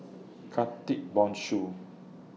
Khatib Bongsu